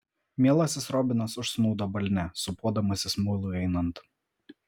mielasis robinas užsnūdo balne sūpuodamasis mului einant